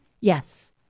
Yes